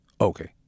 Okay